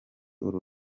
uru